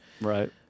right